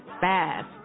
fast